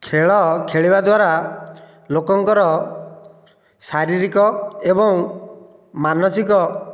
ଖେଳ ଖେଳିବା ଦ୍ୱାରା ଲୋକଙ୍କର ଶାରୀରିକ ଏବଂ ମାନସିକ